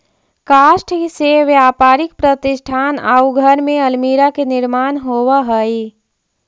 काष्ठ से व्यापारिक प्रतिष्ठान आउ घर में अल्मीरा के निर्माण होवऽ हई